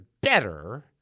better